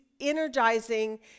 energizing